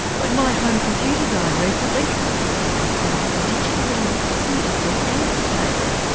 when my home computer died recently i felt digitally and cognitively amputated,